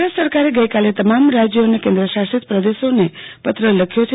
કેન્દ્ર સરકારે આજે તમામ રાજયો અને કેન્દ્રશાસિત પદેશોને પત્ર લખ્યો છે